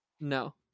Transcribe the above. No